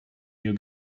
you